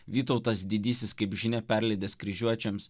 vytautas didysis kaip žinia perleidęs kryžiuočiams